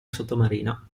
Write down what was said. sottomarina